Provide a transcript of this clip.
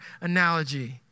analogy